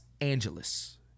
Angeles